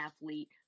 athlete